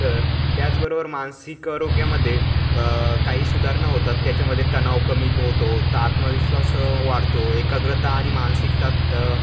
तर त्याचबरोबर मानसिक आरोग्यामध्ये काही सुधारणा होतात त्याच्यामध्ये तणाव कमी क होतो तर आत्मविश्वास वाढतो एकाग्रता आणि मानसिकता त